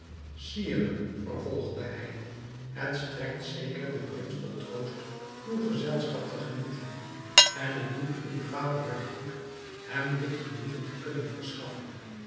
sire vervolgde hij het strekt zeker den prins tot troost uw gezelschap te genieten en het doet uw vaderhart goed hem dit genoegen te kunnen verschaffen